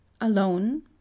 alone